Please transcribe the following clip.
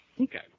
Okay